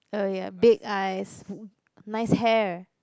uh you have big eyes nice hair